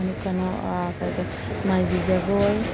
ꯑꯗꯨ ꯀꯩꯅꯣ ꯀꯔꯤ ꯀꯔꯤ ꯃꯥꯏꯕꯤ ꯖꯒꯣꯏ